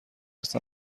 است